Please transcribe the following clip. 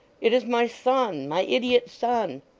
it is my son, my idiot son